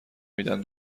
میدن